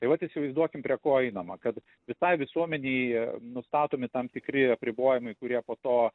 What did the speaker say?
tai vat įsivaizduokim prie ko einama kad visai visuomenėj nustatomi tam tikri apribojimai kurie po to